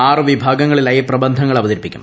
ആറ് വിഭാഗങ്ങളിലായി പ്രബന്ധങ്ങൾ അവതരിപ്പിക്കും